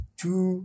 two